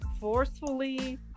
forcefully